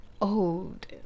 old